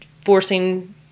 forcing